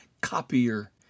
copier